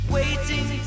waiting